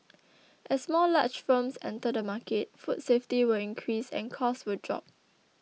as more large firms enter the market food safety will increase and costs will drop